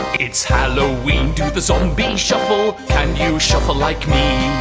it's halloween, do the zombie shuffle. can you shuffle like me?